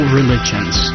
religions